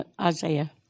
Isaiah